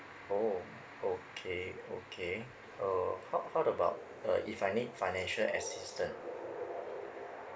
oh okay okay oh how how about uh if I need financial assistance